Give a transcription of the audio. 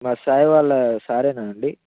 మా సాయి వాళ్ళ సార్ అండి